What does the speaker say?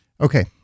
Okay